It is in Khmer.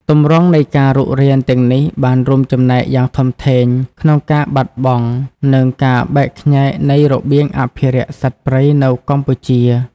ទម្រង់នៃការរុករានទាំងនេះបានរួមចំណែកយ៉ាងធំធេងក្នុងការបាត់បង់ និងការបែកខ្ញែកនៃរបៀងអភិរក្សសត្វព្រៃនៅកម្ពុជា។